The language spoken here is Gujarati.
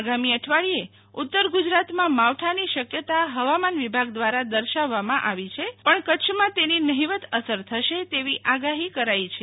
આગામી અઠવાડિયે ઉત્તર ગુજરાતમાં માવઠાની શક્યતા હવામાન વિભાગ દ્રારા દર્શાવવામાં આવી છે પણ કચ્છમાં પણ તેની નહિવત અસર થશે તેવી આગાહી કરાઈ છે